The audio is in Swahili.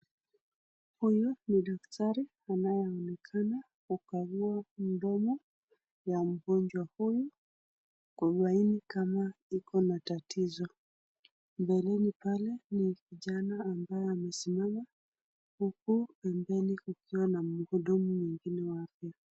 Huyu ni daktari ambaye anaonekana kukagua mkono ya mgonjwa huyu, kubaini kama kuna tatizo, mbeleni pale ni kijana ambaye amesimama huku na mbele kukiwa na mhudumu mwengine wa afya.